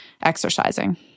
exercising